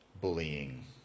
bullying